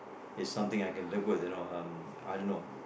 is something I can live with you know um I don't know